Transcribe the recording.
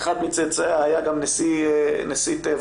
אחד מצאצאיה היה גם נשיא טבע.